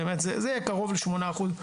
באמת זה יהיה קרוב לשמונה אחוז,